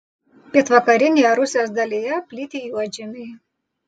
pietvakarinėje rusijos dalyje plyti juodžemiai